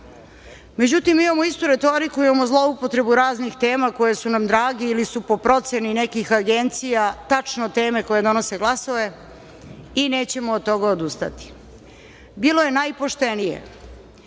konačno.Međutim, imamo istu retoriku, imamo zloupotrebu raznih tema koje su nam drage ili su po proceni nekih agencija tačno teme koje donose glasove i nećemo od toga odustati. Bilo je najpoštenije